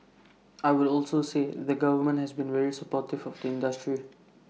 I would also say the government has been very supportive of the industry